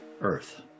earth